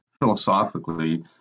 philosophically